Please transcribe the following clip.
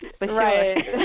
Right